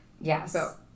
Yes